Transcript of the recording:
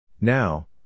Now